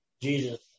Jesus